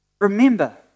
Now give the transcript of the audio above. remember